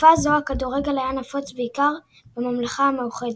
בתקופה זו הכדורגל היה נפוץ בעיקר בממלכה המאוחדת.